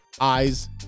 eyes